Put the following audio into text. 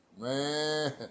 Man